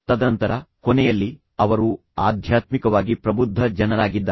ತದನಂತರ ಕೊನೆಯಲ್ಲಿ ಅವರು ಆಧ್ಯಾತ್ಮಿಕವಾಗಿ ಪ್ರಬುದ್ಧ ಜನರಾಗಿದ್ದಾರೆ